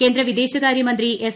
കേന്ദ്ര വിദേശകാര്യ മന്ത്രി എസ്